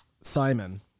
Simon